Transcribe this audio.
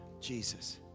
Jesus